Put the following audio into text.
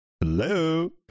Hello